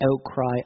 outcry